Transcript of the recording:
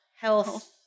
Health